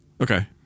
Okay